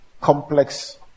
Complex